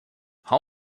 how